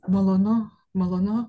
malonu malonu